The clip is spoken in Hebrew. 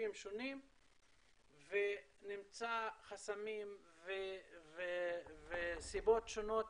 בסעיפים שונים ונמצא חסמים וסיבות שונות